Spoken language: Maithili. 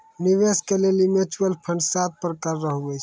निवेश के लेली म्यूचुअल फंड सात प्रकार रो हुवै छै